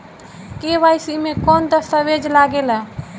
KYC मे कौन दश्तावेज लागेला?